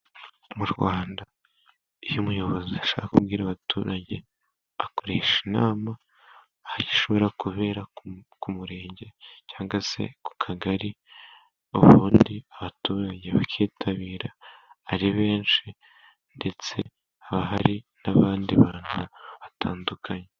Mu Rwanda iyo umuyobozi ashaka kubwira abaturage akoresha inama aho ishobora kubera ku murenge cyangwa se ku kagari, ubundi abaturage bakitabira ari benshi ndetse haba hari n'abandi bantu batandukanye.